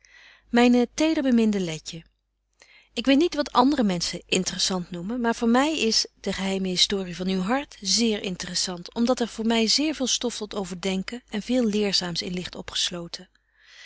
brunier myne tederbeminde letje ik weet niet wat andere menschen intressant noemen maar voor my is de geheime historie van uw hart zeer intressant om dat er voor my zeer veel stof tot overdenken en veel leerzaams in ligt opgesloten